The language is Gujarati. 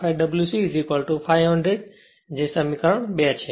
2475 W c 500 કે જે સમીકરણ 2 છે